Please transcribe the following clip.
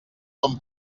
són